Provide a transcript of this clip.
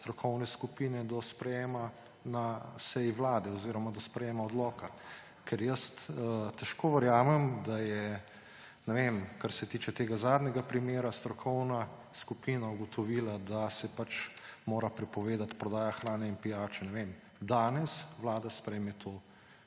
strokovne skupine do sprejema na seji Vlade oziroma do sprejetja odloka. Jaz težko verjamem, da je, ne vem, kar se tiče tega zadnjega primera, strokovna skupina ugotovila, da se mora prepovedati prodaja hrane in pijače, ne vem, danes, vlada sprejme to